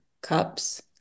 cups